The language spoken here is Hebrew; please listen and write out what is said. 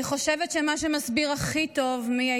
אני חושבת שמה שמסביר הכי טוב מי היא